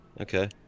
Okay